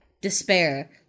despair